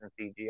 CGI